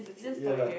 ya lah